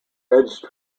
edge